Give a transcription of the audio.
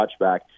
touchback